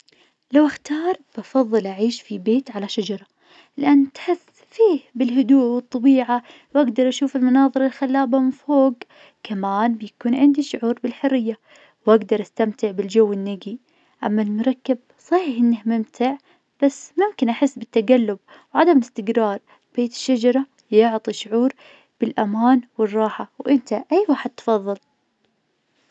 لو اختار, بفضل أعيش في بيت على شجرة, لأن تحس فيه بالهدوء والطبيعة, واقدر اشوف المناظر الخلابة فوق, كمان بيكون عندي شعور بالحرية, وأقدر استمتع بالجو النقي, أما المركب صح انه ممتع, بس ممكن أحس بالتقلب, وعدم استقرار, بيت الشجرة يعطي شعور بالأمان والراحة, وإنت أي واحد تفضل.